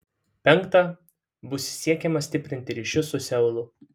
penkta bus siekiama stiprinti ryšius su seulu